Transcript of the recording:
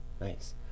Nice